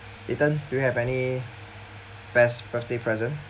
ethan do you have any best birthday present